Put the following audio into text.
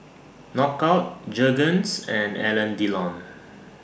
Knockout Jergens and Alain Delon